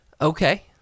Okay